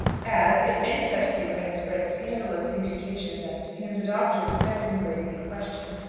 as, if any such paper had spread scandalous imputations as to him, the doctor, respecting the lady in question,